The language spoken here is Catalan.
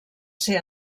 ser